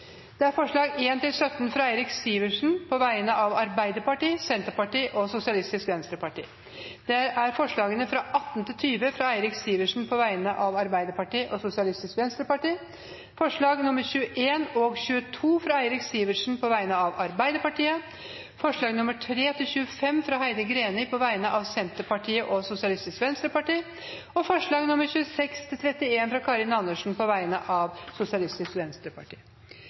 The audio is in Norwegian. alt 31 forslag. Det er forslagene nr. 1–17, fra Eirik Sivertsen på vegne av Arbeiderpartiet, Senterpartiet og Sosialistisk Venstreparti forslagene nr. 18–20, fra Eirik Sivertsen på vegne av Arbeiderpartiet og Sosialistisk Venstreparti forslagene nr. 21 og 22, fra Eirik Sivertsen på vegne av Arbeiderpartiet forslagene nr. 23–25, fra Heidi Greni på vegne av Senterpartiet og Sosialistisk Venstreparti forslagene nr. 26–31, fra Karin Andersen på vegne av Sosialistisk Venstreparti